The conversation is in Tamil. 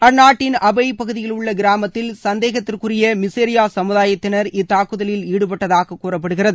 அந்நாட்டின் அபேய் பகுதியில் உள்ள கிராமத்தில் சந்தேகத்திற்குரிய மிசேரியா சமுதாயத்தினர் இத்தாக்குதலில் ஈடுபட்டதாக கூறப்படுகிறது